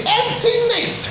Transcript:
emptiness